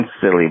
silly